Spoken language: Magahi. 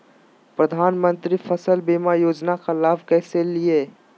प्रधानमंत्री फसल बीमा योजना का लाभ कैसे लिये?